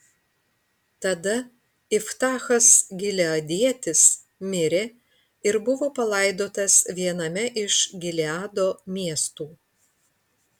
tada iftachas gileadietis mirė ir buvo palaidotas viename iš gileado miestų